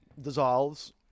dissolves